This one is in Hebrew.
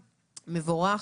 מבורך,